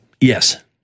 yes